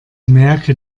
merke